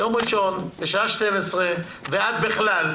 ראשון בשעה 12:00 ועד בכלל,